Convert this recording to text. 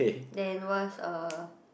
then worst uh